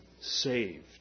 saved